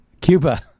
Cuba